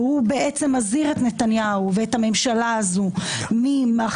והוא מזהיר את נתניהו ואת הממשלה הזאת ממה